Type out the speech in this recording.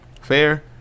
fair